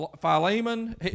Philemon